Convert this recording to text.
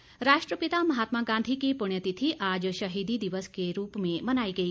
पुण्यतिथि राष्ट्रपिता महात्मा गांधी की पुण्य तिथि आज शहीदी दिवस के रूप में मनाई गई